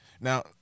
Now